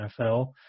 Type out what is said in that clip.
NFL